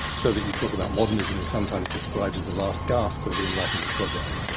so that you talk about modernism is sometimes described as the last gasp of the enlightenment project,